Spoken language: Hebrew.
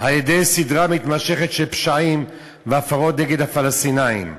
על-ידי סדרה מתמשכת של פשעים והפרות נגד הפלסטינים.